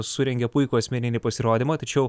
surengė puikų asmeninį pasirodymą tačiau